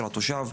של התושב,